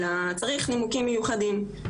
אלא צריך נימוקים מיוחדים,